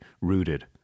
rooted